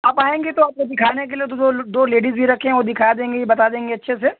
आप आयेंगी तो आपको दिखाने के लिये दो लू दो लेडीज़ भी रखे हैं वो दिखा देंगी बता देंगी अच्छे से